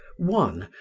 one,